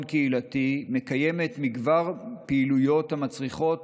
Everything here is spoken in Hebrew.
קהילתי מקיימת מגוון פעילויות המצריכות